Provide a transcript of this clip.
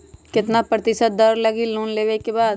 कितना प्रतिशत दर लगी लोन लेबे के बाद?